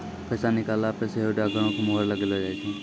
पैसा निकालला पे सेहो डाकघरो के मुहर लगैलो जाय छै